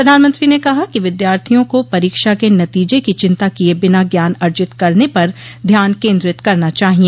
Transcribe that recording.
प्रधानमंत्री ने कहा कि विद्यार्थियों को परीक्षा के नतीजे की चिंता किये बिना ज्ञान अर्जित करने पर ध्यान केन्द्रित करना चाहिए